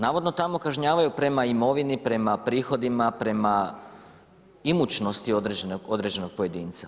Navodno tamo kažnjavaju prema imovini, prema prihodima, prema imućnosti određenog pojedinca.